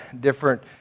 different